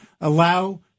Allow